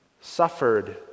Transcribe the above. suffered